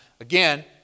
again